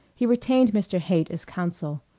he retained mr. haight as counsel.